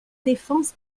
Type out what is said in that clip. défense